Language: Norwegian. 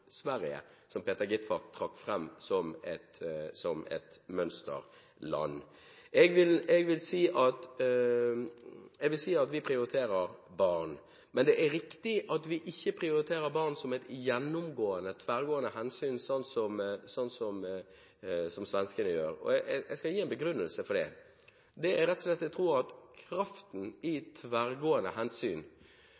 Sverige, som Peter Skovholt Gitmark trakk fram som et mønsterland. Vi prioriterer barn, men det er riktig at vi ikke prioriterer barn som et gjennomgående, tverrgående hensyn sånn som svenskene gjør. Jeg skal gi en begrunnelse for det: Jeg tror at kraften i tverrgående hensyn er størst når man har få tverrgående hensyn, og